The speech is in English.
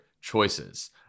choices